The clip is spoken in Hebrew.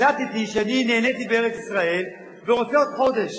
וזו דוגמה קלאסית, ואסביר אותה,